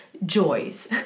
joys